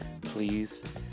please